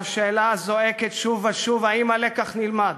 והשאלה הזועקת שוב ושוב: האם הלקח נלמד?